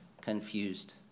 confused